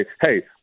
hey